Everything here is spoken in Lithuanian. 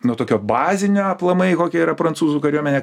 nuo tokio bazinio aplamai kokia yra prancūzų kariuomenė